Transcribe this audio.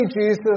Jesus